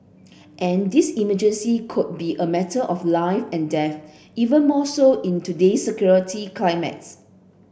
and this emergency could be a matter of life and death even more so in today's security climates